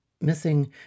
missing